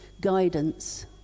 guidance